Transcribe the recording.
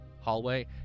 hallway